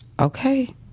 Okay